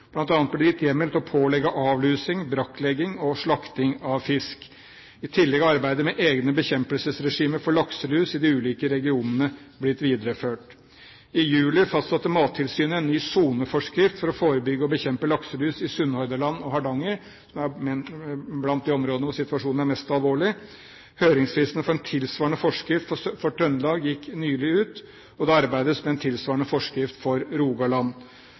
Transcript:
det hjemmel til å pålegge avlusing, brakklegging og slakting av fisk. I tillegg er arbeidet med egne bekjempelsesregimer for lakselus i de ulike regionene blitt videreført. I juli fastsatte Mattilsynet en ny soneforskrift for å forebygge og bekjempe lakselus i Sunnhordland og Hardanger, som er blant de områdene hvor situasjonen er mest alvorlig. Høringsfristene for en tilsvarende forskrift for Trøndelag gikk nylig ut, og det arbeides med en tilsvarende forskrift for Rogaland.